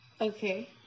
Okay